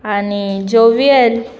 आनी जोवीएल